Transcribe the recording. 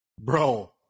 Bro